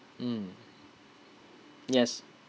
mm yes